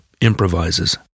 improvises